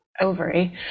ovary